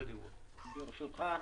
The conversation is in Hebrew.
ברשותך,